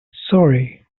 sorry